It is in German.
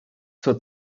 zur